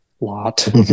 lot